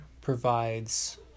provides